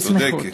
בסמיכות.